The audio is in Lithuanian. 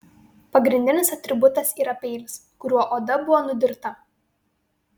pagrindinis atributas yra peilis kuriuo oda buvo nudirta